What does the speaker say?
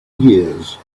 years